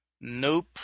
Nope